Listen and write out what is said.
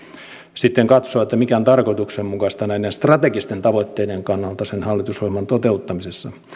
sitten katsoa mikä on tarkoituksenmukaista näiden strategisten tavoitteiden kannalta hallitusohjelman toteuttamisessa